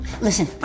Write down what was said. Listen